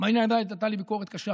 הייתה לי ביקורת קשה